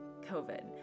covid